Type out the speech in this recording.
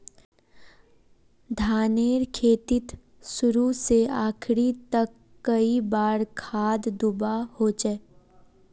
धानेर खेतीत शुरू से आखरी तक कई बार खाद दुबा होचए?